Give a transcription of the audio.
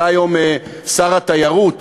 אתה היום שר התיירות.